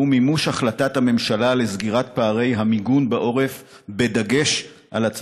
והוא מימוש החלטת הממשלה לסגירת פערי המיגון בעורף בדגש על הצפון.